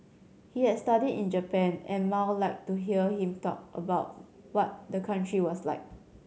he had studied in Japan and Mao liked to hear him talk about what the country was like